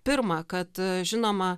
pirma kad žinoma